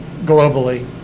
Globally